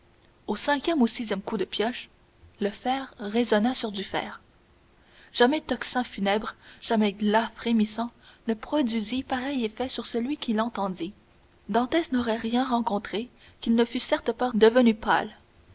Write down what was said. au cinquième ou sixième coup de pioche le fer résonna sur du fer jamais tocsin funèbre jamais glas frémissant ne produisit pareil effet sur celui qui l'entendit dantès n'aurait rien rencontré qu'il ne fût certes pas devenu plus pâle